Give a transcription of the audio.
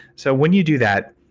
so, when you do that,